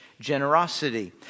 generosity